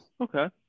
Okay